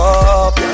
up